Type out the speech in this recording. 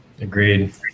Agreed